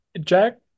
Jack